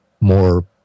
more